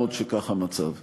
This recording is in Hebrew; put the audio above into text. מוקדי החירום